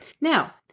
Now